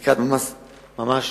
לקראת ממש